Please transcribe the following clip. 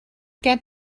get